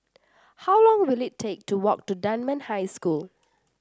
how long will it take to walk to Dunman High School